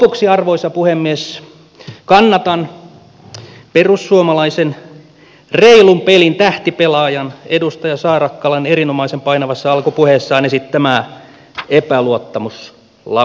lopuksi arvoisa puhemies kannatan perussuomalaisen reilun pelin tähtipelaajan edustaja saarakkalan erinomaisen painavassa alkupuheessaan esittämää epäluottamuslausetta